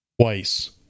twice